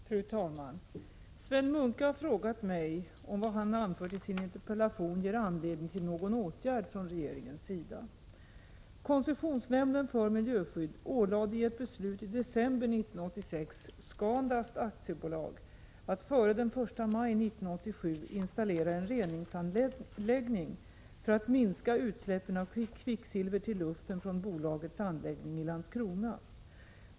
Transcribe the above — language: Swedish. Fru talman! Sven Munke har frågat mig om vad han anfört i sin interpellation ger anledning till någon åtgärd från regeringens sida. Koncessionsnämnden för miljöskydd ålade i ett beslut i december 1986 Scandust AB att före den 1 maj 1987 installera en reningsanläggning för att minska utsläppen av kvicksilver till luften från bolagets anläggning i Landskrona.